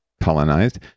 colonized